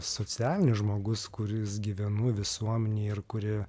socialinis žmogus kuris gyvenu visuomenėj ir kuri